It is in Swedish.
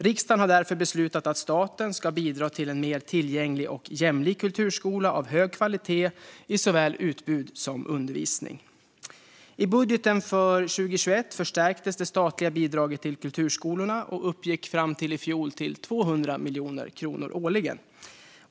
Riksdagen har därför beslutat att staten ska bidra till en mer tillgänglig och jämlik kulturskola av hög kvalitet i såväl utbud som undervisning. I budgeten för 2021 förstärktes det statliga bidraget till kulturskolorna och uppgick fram till i fjol till 200 miljoner kronor årligen.